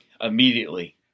immediately